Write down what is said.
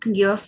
Give